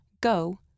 go